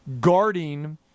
guarding